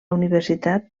universitat